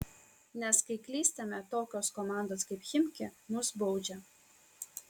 nes kai klystame tokios komandos kaip chimki mus baudžia